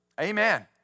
Amen